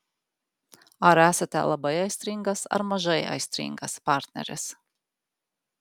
ar esate labai aistringas ar mažai aistringas partneris